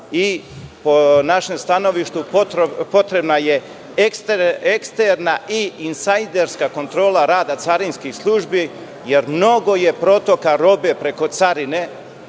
po našem stanovištu potrebna je eksterna i insajderska kontrola rada carinskih službi, jer mnogo je protoka robe preko carine,